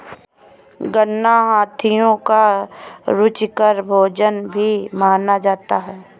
गन्ना हाथियों का रुचिकर भोजन भी माना जाता है